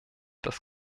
das